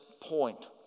point